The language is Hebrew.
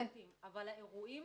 אבל האירועים,